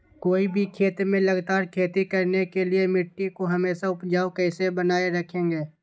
कोई भी खेत में लगातार खेती करने के लिए मिट्टी को हमेसा उपजाऊ कैसे बनाय रखेंगे?